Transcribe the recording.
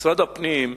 משרד הפנים,